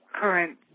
Current